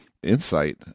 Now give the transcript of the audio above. insight